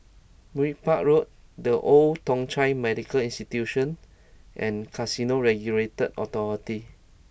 Merbau Road The Old Thong Chai Medical Institution and Casino Regulatory Authority